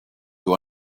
who